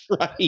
right